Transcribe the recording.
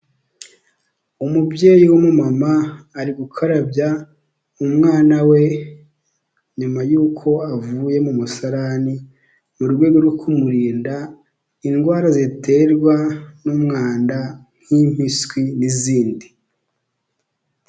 Umubyeyi w'umumama ari gukarabya umwana we nyuma y'uko avuye mu musarani, mu rwego rwo kumurinda indwara ziterwa n'umwanda nk'impiswi n'izindi.